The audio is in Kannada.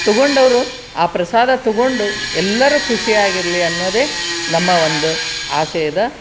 ತಗೊಂಡವರು ಆ ಪ್ರಸಾದ ತಗೊಂಡು ಎಲ್ಲರೂ ಖುಷಿಯಾಗಿರಲಿ ಅನ್ನೋದೇ ನಮ್ಮ ಒಂದು ಆಶಯದ